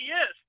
Yes